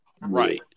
Right